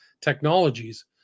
technologies